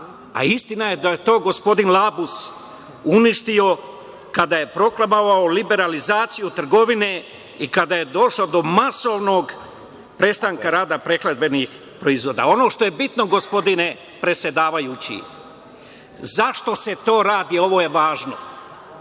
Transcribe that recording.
a istina je da je to gospodin Labus uništio kada je proklamovao liberalizaciju trgovine i kada je došlo do masovnog prestanka rada prehrambenih proizvoda. Ono što je bitno, gospodine predsedavajući, jeste zašto se to radi. Ovo je važno.